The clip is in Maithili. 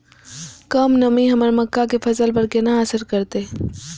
कम नमी हमर मक्का के फसल पर केना असर करतय?